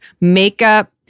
makeup